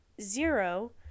Zero